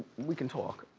we can talk.